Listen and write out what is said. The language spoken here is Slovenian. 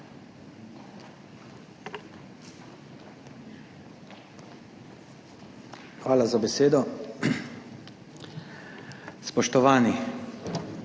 Hvala za besedo. Spoštovani!